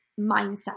mindset